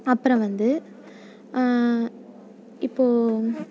அப்புறம் வந்து இப்போது